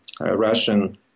Russian